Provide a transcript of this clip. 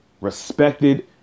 respected